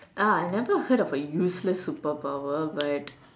ah I never heard of a useless superpower but